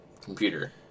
computer